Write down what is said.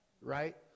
right